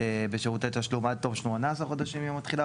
בשירותי תשלום עד תום 18 חודשים מיום התחילה,